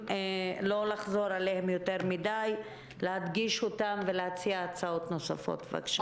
לא לחזור על דברים שנאמרו אלא להציע הצעות נוספות ולהדגיש אותם.